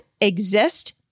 exist